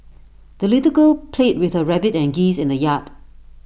the little girl played with her rabbit and geese in the yard